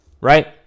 Right